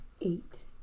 Eight